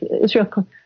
Israel